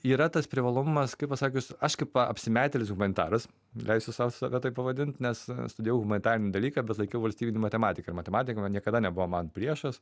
yra tas privalumas kaip pasakius aš kaip apsimetėlis humanitaras leisiu sau save taip pavadint nes studijavau humanitarinį dalyką bet laikiau valstybinį matematiką ir matematika man niekada nebuvo man priešas